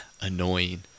Annoying